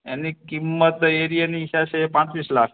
એની કિંમત એરિયાની થશે પાંત્રીસ લાખ